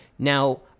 Now